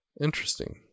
interesting